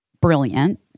Brilliant